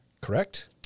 correct